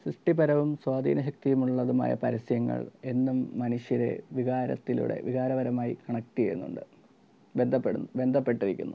സൃഷ്ടിപരവും സ്വാധീനശക്തിയുള്ളതുമായ പരസ്യങ്ങൾ എന്നും മനുഷ്യരെ വികാരത്തിലൂടെ വികാരപരമായി കണക്റ്റ് ചെയ്യുന്നുണ്ട് ബന്ധപ്പെടുന്നു ബന്ധപ്പെട്ടിരിക്കുന്നു